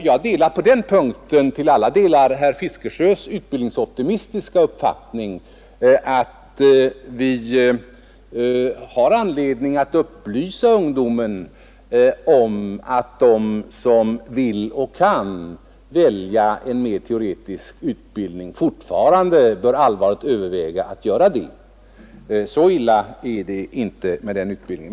Jag delar på den punkten till alla delar herr Fiskesjös utvecklingsoptimistiska uppfattning att vi har anledning att upplysa ungdomen om att de som vill och kan välja en mera teoretisk utbildning fortfarande bör allvarligt överväga att göra det. Så illa är det inte med den utbildningen.